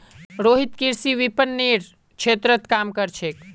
रोहित कृषि विपणनेर क्षेत्रत काम कर छेक